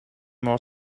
more